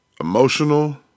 emotional